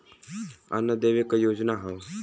अन्न देवे क योजना हव